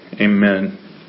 Amen